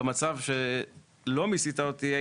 במצב שלא חייבת אותי במס,